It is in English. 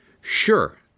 Sure